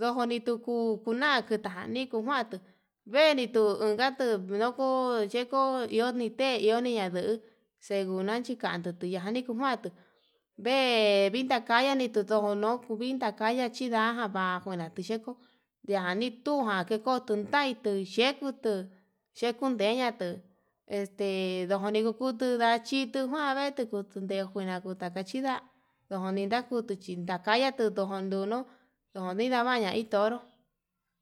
yojoni kuu kuna'a kuna njuita nikunatu veenitu unkatu loko teko iho ni te iho hi ñanduu xe'e nguna tikandu tuya'a, nikuna'a vee vitakayani nituu ndijo no'o kuvitakaya chindanya va'a njuina xheko nanitujan ke ko'o tuu taintu, hiyekudu yee kundeña tuu este ndojo ni kuu kutu ndachitu njuaré ndejuina tukuta ndachina ndoni ndakuu, nduchi nidankaya tuu ndo'o jonduno non no'o nonidavaya kuño ndiko ndonró.